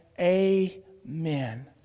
Amen